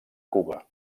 cuba